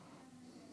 ההצעה